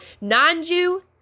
non-Jew